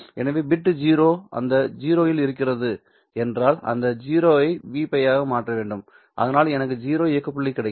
எனவே பிட் 0 அந்த 0 இல் வருகிறது என்றால் அந்த 0 ஐ V π ஆக மாற்ற வேண்டும் அதனால் எனக்கு 0 இயக்க புள்ளி கிடைக்கும்